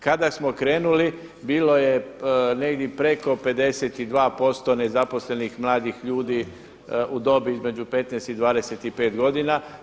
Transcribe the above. Kada smo krenuli bilo je negdje preko 52% nezaposlenih mladih ljudi u dobi između 15 i 25 godina.